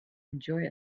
enjoy